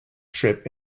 trip